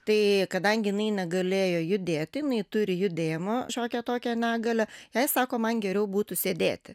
tai kadangi jinai negalėjo judėti jinai turi judėjimo šiokią tokią negalią jai sako man geriau būtų sėdėti